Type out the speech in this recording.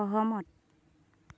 সহমত